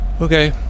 Okay